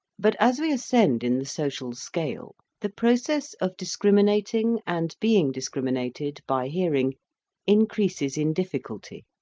but as we ascend in the social scale, the process of discriminating and being discriminated by hearing increases in difficulty,